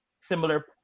similar